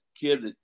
kid